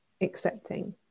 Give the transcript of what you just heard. accepting